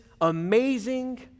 amazing